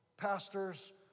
pastors